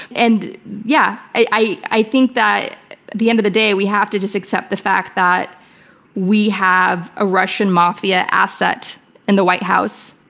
and yeah, i i think that at the end of the day, we have to just accept the fact that we have a russian mafia asset in the white house.